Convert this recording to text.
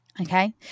Okay